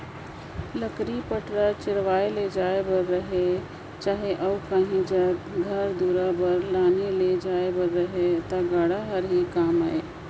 लकरी पटरा चिरवाए ले जाए बर रहें चहे अउ काही जाएत घर दुरा बर लाने ले रहे ता गाड़ा हर ही काम आए